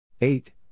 eight